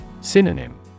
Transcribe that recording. Synonym